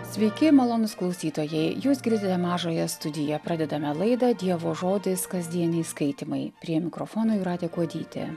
sveiki malonūs klausytojai jūs girdite mažąją studiją pradedame laidą dievo žodis kasdieniai skaitymai prie mikrofono jūratė kuodytė